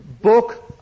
book